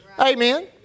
amen